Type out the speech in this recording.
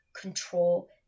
control